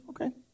okay